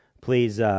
please